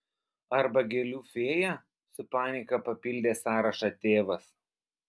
arba gėlių fėja su panieka papildė sąrašą tėvas